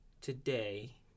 Today